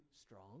strong